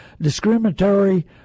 discriminatory